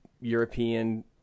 european